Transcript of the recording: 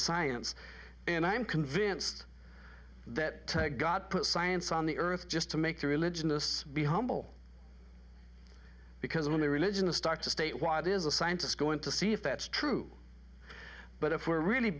science and i'm convinced that god put science on the earth just to make the religionists be humble because of their religion to start to state why it is a scientist going to see if that's true but if we're really